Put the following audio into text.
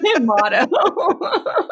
motto